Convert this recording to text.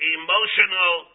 emotional